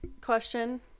question